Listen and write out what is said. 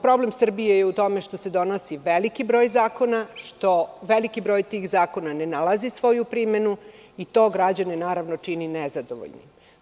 Problem Srbije je u tome što se donosi veliki broj zakona, što veliki broj tih zakona ne nalazi svoju primenu i to građane čini nezadovoljnim.